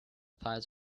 thighs